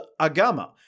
Agama